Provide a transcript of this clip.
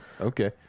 okay